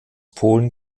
polen